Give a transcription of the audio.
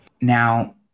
Now